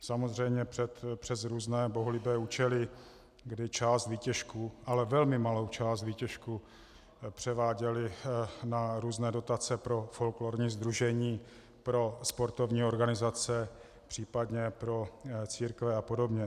Samozřejmě přes různé bohulibé účely, kdy část výtěžku, ale velmi malou část výtěžku, převáděly na různé dotace pro folklorní sdružení, pro sportovní organizace, případně pro církve a podobně.